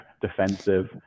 defensive